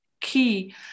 key